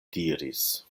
diris